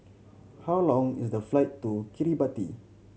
how long is the flight to Kiribati